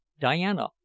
Diana